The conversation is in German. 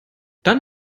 dann